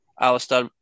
Alistair